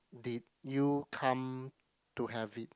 did you come to have it